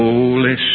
Holy